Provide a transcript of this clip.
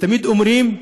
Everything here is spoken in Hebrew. ותמיד אומרים: